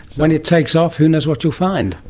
when it takes off, who knows what you'll find.